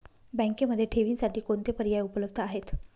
बँकेमध्ये ठेवींसाठी कोणते पर्याय उपलब्ध आहेत?